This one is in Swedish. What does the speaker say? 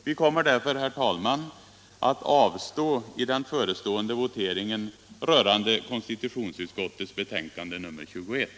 Vi kommer därför att avstå i den förestående voteringen rörande konstitutionsutskottets betänkande nr 21.